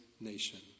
nation